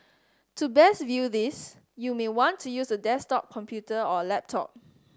to best view this you may want to use a desktop computer or a laptop